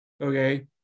okay